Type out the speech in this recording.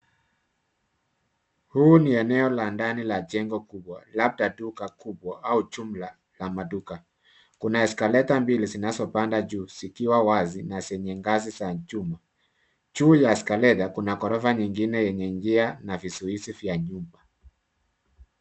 Huu ni eneo la ndani la jengo kubwa labda duka kubwa au jumla la maduka. Kuna eskaleta mbili zinazopanda juu zikiwa wazi na zenye ngazi za chuma. Juu ya eskaleta kuna ghorofa nyingine yenye njia na vizuizi vya nyumba.